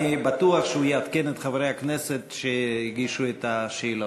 אני בטוח שהוא יעדכן את חברי הכנסת שהגישו את השאלות.